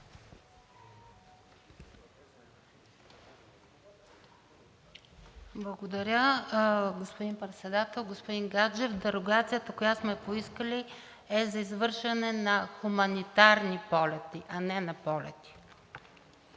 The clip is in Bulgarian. Благодаря, господин Председател. Господин Гаджев, дерогацията, която сме поискали, е за извършване на хуманитарни полети, а не на полети.